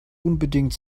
unbedingt